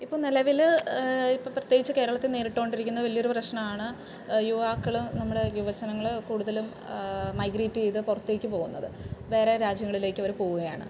ഇപ്പോൾ നിലവിൽ ഇപ്പോൾ പ്രത്യേകിച്ച് കേരളത്തിൽ നേരിട്ടു കൊണ്ടിരിക്കുന്ന വലിയ ഒരു പ്രശ്നമാണ് യുവാക്കൾ നമ്മുടെ യുവജനങ്ങൾ കൂടുതലും മൈഗ്രേറ്റ് ചെയ്തു പുറത്തേക്ക് പോവുന്നത് വേറെ രാജ്യങ്ങളിലേക്ക് അവർ പോവുകയാണ്